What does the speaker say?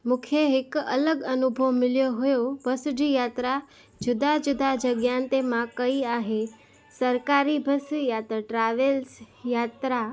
मूंखे हिकु अलॻि अनुभव मिल्यो हुओ बस जी यात्रा जुदा जुदा जॻहयुनि ते मां कई आहे सरकारी बस यात्रा ट्रावेल्स यात्रा